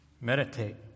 Meditate